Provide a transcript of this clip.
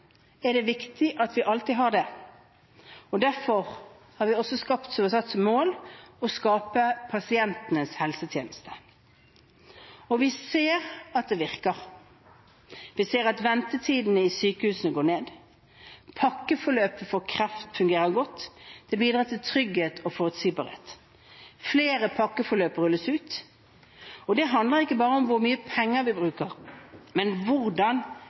er det viktig at vi alltid har det, og derfor har vi også satt oss som mål å skape pasientens helsetjeneste. Og vi ser at det virker. Vi ser at ventetidene i sykehusene går ned. Pakkeforløpet for kreft fungerer godt. Det bidrar til trygghet og forutsigbarhet. Flere pakkeforløp rulles ut. Og det handler ikke bare om hvor mye penger vi bruker, men hvordan